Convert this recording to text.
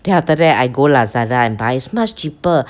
then after that I go Lazada and buy so much cheaper